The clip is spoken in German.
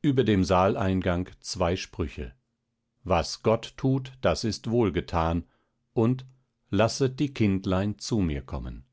über dem saaleingang zwei sprüche was gott tut das ist wohlgetan und lasset die kindlein zu mir kommen